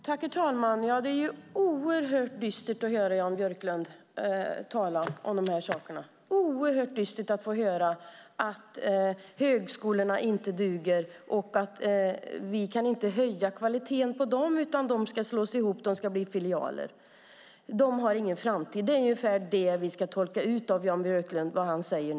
Herr talman! Det är oerhört dystert att höra Jan Björklund tala om dessa saker och oerhört dystert att få höra att högskolorna inte duger, att det inte går att höja kvaliteten på dem utan att de ska slås ihop, att de ska bli filialer, att de inte har någon framtid. Det är vad vi ska tolka ut av vad Jan Björklund säger.